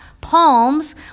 Palms